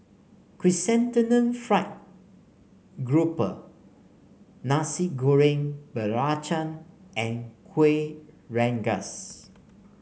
Chrysanthemum Fried Grouper Nasi Goreng Belacan and Kueh Rengas